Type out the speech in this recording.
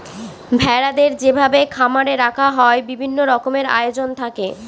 ভেড়াদের যেভাবে খামারে রাখা হয় বিভিন্ন রকমের আয়োজন থাকে